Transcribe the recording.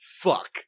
fuck